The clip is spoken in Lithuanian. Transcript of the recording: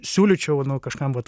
siūlyčiau kažkam vat